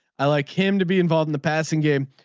i like him to be involved in the passing game.